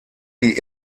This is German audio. sie